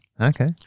Okay